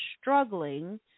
struggling